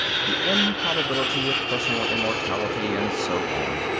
the improbability of personal immortality and so on.